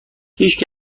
هیشکی